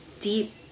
deep